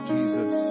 Jesus